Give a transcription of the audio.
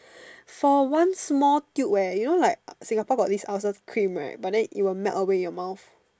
for one small tube eh you know like Singapore got this ulcer cream right but then it will melt away in your mouth